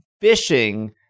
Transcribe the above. fishing